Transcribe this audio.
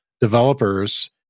developers